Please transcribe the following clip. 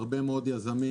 יש הרבה יותר יזמים.